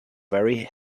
very